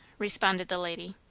responded the lady,